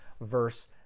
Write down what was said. verse